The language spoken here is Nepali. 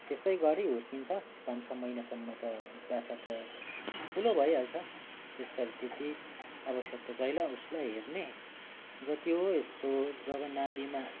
त्यस्तै गरी हुर्किन्छ पाँच छ महिनासम्म त बाछा त ठुलो भइहाल्छ त्यस पछि त्यति आवश्यकता छैन उसलाई हेर्ने जति हो यस्तो जब नाभीमा